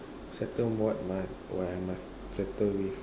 settle what I I must settle with